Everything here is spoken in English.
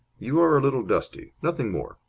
you are a little dusty. nothing more.